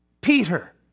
Peter